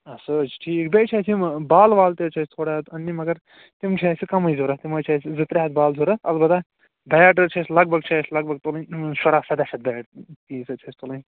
آ سُہ حظ چھُ ٹھیٖک بیٚیہِ چھِ اَسہِ یِم بالہٕ والہٕ تہِ حظ چھِ اَسہِ تھوڑا اَننہِ مگر تِم چھِ اَسہِ کَمٕے ضروٗرت تِم حظ چھِ اَسہِ زٕ ترٛےٚ ہَتھ بالہٕ ضروٗرت البتہٕ بیٹ حظ چھِ اَسہِ لَگ بَگ چھِ اَسہِ لَگ بَگ تُلٕنۍ شُراہ سداہ شیٚتھ بیٹ پیٖس حظ چھِ اَسہِ تُلٕنۍ